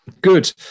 Good